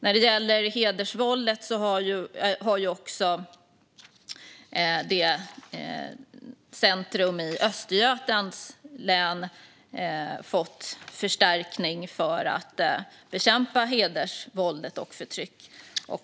När det gäller hedersvåldet har det nationella centrumet, som redan i dag finns i Östergötlands län, fått förstärkning för att bekämpa hedersvåld och förtryck.